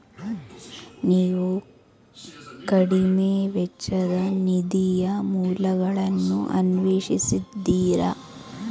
ನೀವು ಕಡಿಮೆ ವೆಚ್ಚದ ನಿಧಿಯ ಮೂಲಗಳನ್ನು ಅನ್ವೇಷಿಸಿದ್ದೀರಾ?